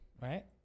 right